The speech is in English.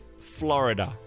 Florida